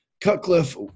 Cutcliffe –